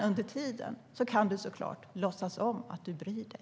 Under tiden kan du såklart låtsas att du bryr dig.